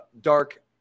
dark